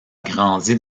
grandi